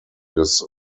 des